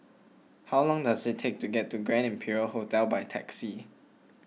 how long does it take to get to Grand Imperial Hotel by taxi